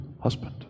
husband